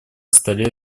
столе